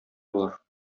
болар